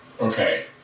Okay